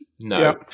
no